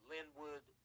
Linwood